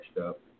up